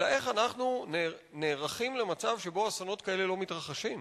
אלא איך אנחנו נערכים למצב שבו אסונות כאלה לא מתרחשים.